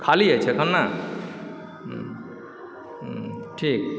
खाली अछि एखन ने हँ ठीक